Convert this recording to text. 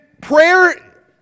prayer